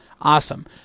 Awesome